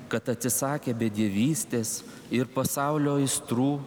kad atsisakę bedievystės ir pasaulio aistrų